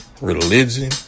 religion